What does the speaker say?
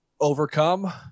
overcome